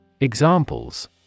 examples